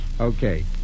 Okay